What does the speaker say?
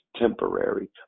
temporary